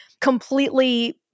completely